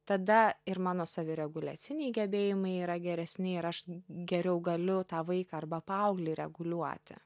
tada ir mano savireguliaciniai gebėjimai yra geresni ir aš geriau galiu tą vaiką arba paauglį reguliuoti